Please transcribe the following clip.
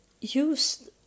use